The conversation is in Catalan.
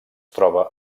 troba